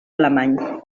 alemany